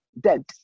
dead